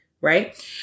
right